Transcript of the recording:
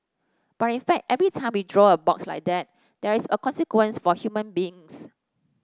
but in fact every time we draw a box like that there is a consequence for human beings